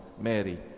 Mary